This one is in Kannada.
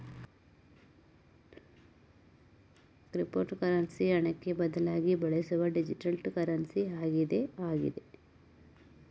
ಕ್ರಿಪ್ಟೋಕರೆನ್ಸಿ ಹಣಕ್ಕೆ ಬದಲಾಗಿ ಬಳಸುವ ಡಿಜಿಟಲ್ ಕರೆನ್ಸಿ ಆಗಿದೆ ಆಗಿದೆ